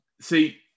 see